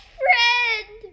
friend